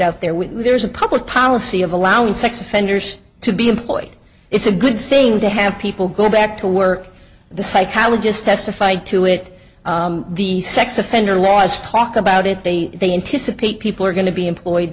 out there with there's a public policy of allowing sex offenders to be employed it's a good thing to have people go back to work the psychologist testify to it the sex offender laws talk about it they they anticipate people are going to be employed